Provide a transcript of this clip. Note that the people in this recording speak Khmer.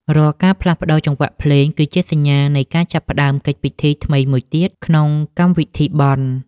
រាល់ការផ្លាស់ប្តូរចង្វាក់ភ្លេង គឺជាសញ្ញានៃការចាប់ផ្ដើមកិច្ចពិធីថ្មីមួយទៀតក្នុងកម្មវិធីបុណ្យ។